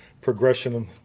progression